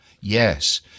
Yes